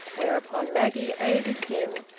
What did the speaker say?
whereupon maggie aided him,